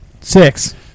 Six